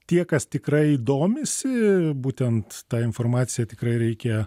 tie kas tikrai domisi būtent tą informaciją tikrai reikia